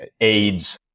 AIDS